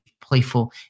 playful